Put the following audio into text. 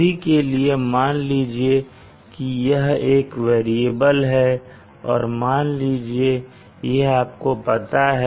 अभी के लिए मान लीजिए कि यह है वेरिएबल है और मान लीजिए कि यह आपको पता है